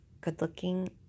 good-looking